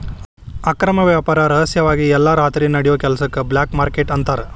ಅಕ್ರಮ ವ್ಯಾಪಾರ ರಹಸ್ಯವಾಗಿ ಎಲ್ಲಾ ರಾತ್ರಿ ನಡಿಯೋ ಕೆಲಸಕ್ಕ ಬ್ಲ್ಯಾಕ್ ಮಾರ್ಕೇಟ್ ಅಂತಾರ